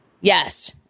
Yes